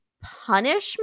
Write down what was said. punishment